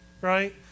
right